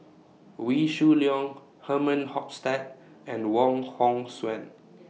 Wee Shoo Leong Herman Hochstadt and Wong Hong Suen